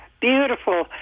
Beautiful